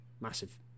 massive